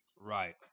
Right